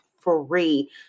free